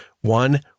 One